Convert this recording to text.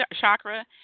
chakra